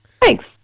thanks